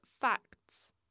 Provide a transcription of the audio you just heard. facts